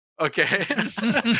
Okay